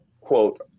quote